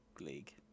league